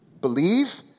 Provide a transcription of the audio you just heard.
Believe